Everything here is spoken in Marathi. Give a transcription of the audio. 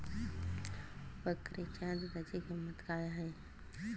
बकरीच्या दूधाची किंमत काय आहे?